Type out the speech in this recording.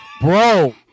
Bro